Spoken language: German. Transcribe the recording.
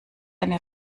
eine